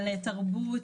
על תרבות,